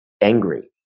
angry